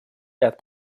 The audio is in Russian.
ряд